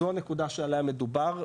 זו הנקודה שעליה מדובר,